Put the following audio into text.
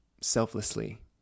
selflessly